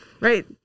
right